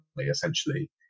essentially